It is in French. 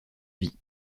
vie